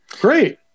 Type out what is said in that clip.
Great